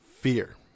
fear